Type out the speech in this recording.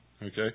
Okay